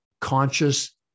conscious